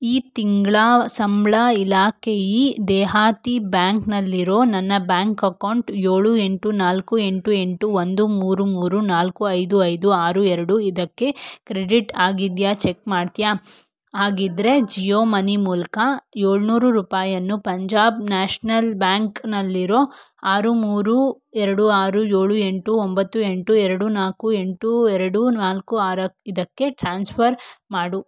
ಈ ತಿಂಗಳ ಸಂಬಳ ಇಲಾಕಾಯೀ ದೇಹಾತಿ ಬ್ಯಾಂಕ್ನಲ್ಲಿರೋ ನನ್ನ ಬ್ಯಾಂಕ್ ಅಕೌಂಟ್ ಏಳು ಎಂಟು ನಾಲ್ಕು ಎಂಟು ಎಂಟು ಒಂದು ಮೂರು ಮೂರು ನಾಲ್ಕು ಐದು ಐದು ಆರು ಎರಡು ಇದಕ್ಕೆ ಕ್ರೆಡಿಟ್ ಆಗಿದ್ಯಾ ಚಕ್ ಮಾಡ್ತಿಯಾ ಆಗಿದ್ದರೆ ಜಿಯೋ ಮನಿ ಮೂಲಕ ಏಳ್ನೂರು ರೂಪಾಯನ್ನು ಪಂಜಾಬ್ ನ್ಯಾಷ್ನಲ್ ಬ್ಯಾಂಕ್ನಲ್ಲಿರೋ ಆರು ಮೂರು ಎರಡು ಆರು ಏಳು ಎಂಟು ಒಂಬತ್ತು ಎಂಟು ಎರಡು ನಾಲ್ಕು ಎಂಟು ಎರಡು ನಾಲ್ಕು ಆರು ಇದಕ್ಕೆ ಟ್ರಾನ್ಸ್ಫರ್ ಮಾಡು